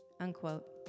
unquote